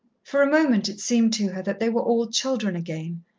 for a moment it seemed to her that they were all children again,